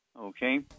okay